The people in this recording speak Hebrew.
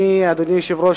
אדוני היושב-ראש,